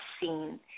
seen